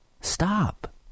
Stop